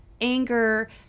anger